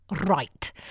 right